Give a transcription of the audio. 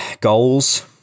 goals